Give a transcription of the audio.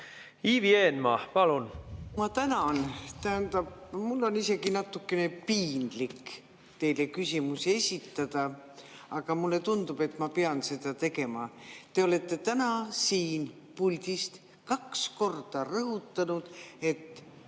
Ivi Eenmaa, palun! Ma tänan! Mul on isegi natukene piinlik teile küsimusi esitada, aga mulle tundub, et ma pean seda tegema. Te olete täna siin puldis kaks korda rõhutanud, et